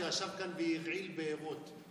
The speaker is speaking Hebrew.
שישב כאן והרעיל בארות,